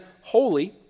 holy